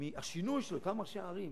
מהשינוי של אותם ראשי ערים,